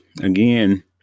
again